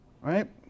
right